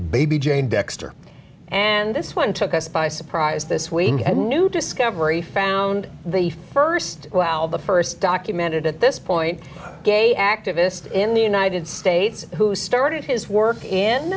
baby jane dexter and this one took us by surprise this weekend a new discovery found the st well the st documented at this point gay activist in the united states who started his work in